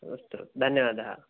अस्तु धन्यवादः